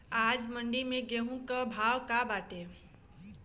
आज मंडी में गेहूँ के का भाव बाटे?